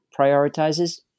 prioritizes